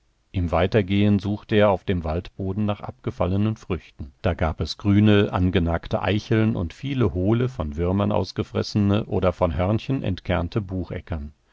im weitergehen suchte er auf dem waldboden nach abgefallenen früchten da gab es grüne angenagte eicheln und viele hohle von würmern ausgefressene oder von hörnchen entkernte bucheckern